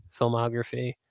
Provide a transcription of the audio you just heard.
filmography